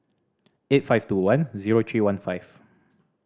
eight five two one zero three one five